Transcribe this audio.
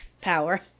power